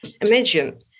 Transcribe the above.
Imagine